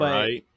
right